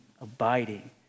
abiding